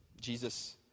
Jesus